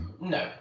No